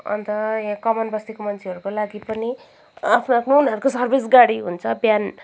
अन्त यहाँ कमानबस्तीको मान्छेहरूको लागि पनि आफ्नो आफ्नो उनीहरूको सर्विस गाडी हुन्छ बिहान